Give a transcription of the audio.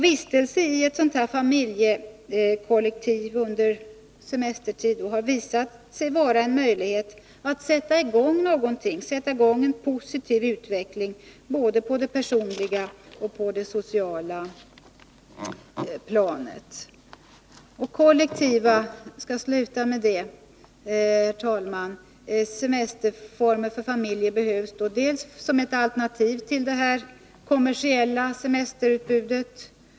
Vistelse i ett familjekollektiv under semestertid har visat sig vara en möjlighet att sätta i gång en positiv utveckling såväl på det personliga som på det sociala planet. Kollektiva semesterformer för familjer behövs för det första som alternativ till det kommersiella semesterutbudet.